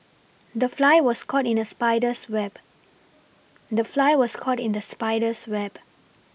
the fly was caught in the spider's web the fly was caught in the spider's web